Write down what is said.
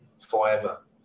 forever